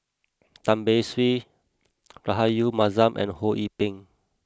Tan Beng Swee Rahayu Mahzam and Ho Yee Ping